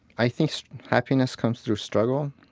i think happiness comes through struggle